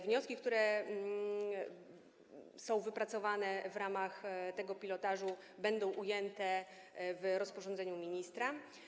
Wnioski, które są wypracowane w ramach tego pilotażu, będą ujęte w rozporządzeniu ministra.